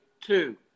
two